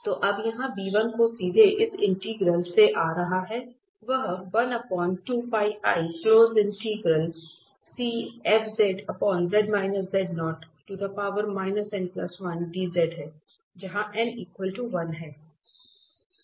तो अब यहाँ जो सीधे इस इंटीग्रल से आ रहा है वह है जहाँ n 1 है इसलिए n 1 0